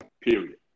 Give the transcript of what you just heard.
period